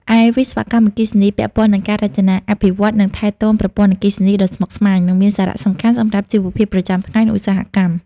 ឯវិស្វកម្មអគ្គិសនី ពាក់ព័ន្ធនឹងការ រចនា អភិវឌ្ឍន៍ និងថែទាំប្រព័ន្ធអគ្គិសនី ដ៏ស្មុគស្មាញ និងមានសារៈសំខាន់សម្រាប់ជីវភាពប្រចាំថ្ងៃ និងឧស្សាហកម្ម។